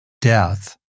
death